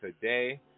today